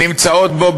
נמצאות בו,